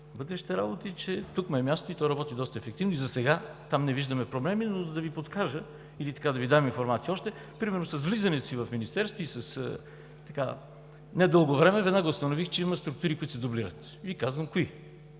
вътрешните работи, че тук му е мястото и то работи доста ефективно. Засега там не виждаме проблеми, но за да Ви подскажа или да Ви дам още информация, примерно с влизането си в Министерството след не дълго време веднага установих, че има структури, които се дублират и казвам кои.